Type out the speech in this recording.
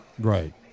Right